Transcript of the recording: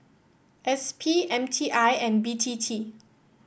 S P M T I and B T T